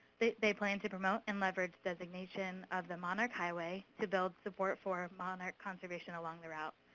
they plan to promote and leverage designation of the monarch highway to build support for monarch conservation along the route.